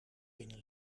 binnen